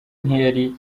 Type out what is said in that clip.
ntiyari